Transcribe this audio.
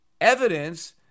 evidence